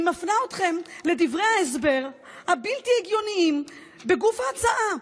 אני מפנה אתכם לדברי ההסבר הבלתי-הגיוניים בגוף ההצעה.